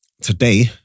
Today